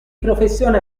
professione